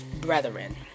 brethren